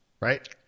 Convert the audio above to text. right